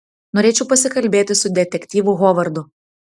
norėčiau pasikalbėti su detektyvu hovardu